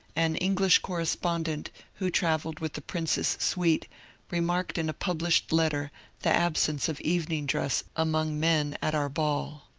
an english correspondent who travelled with the prince's suite remarked in a published letter the absence of evening dress among men at our ball.